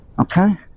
Okay